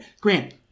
Grant